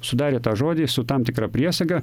sudarė tą žodį su tam tikra priesaga